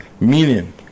Meaning